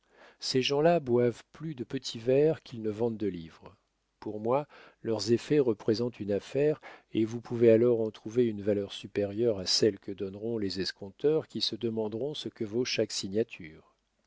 ces gens-là boivent plus de petits verres qu'ils ne vendent de livres pour moi leurs effets représentent une affaire et vous pouvez alors en trouver une valeur supérieure à celle que donneront les escompteurs qui se demanderont ce que vaut chaque signature